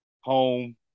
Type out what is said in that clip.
home